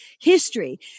history